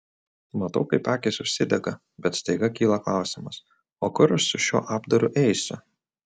matau kaip akys užsidega bet staiga kyla klausimas o kur aš su šiuo apdaru eisiu